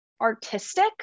artistic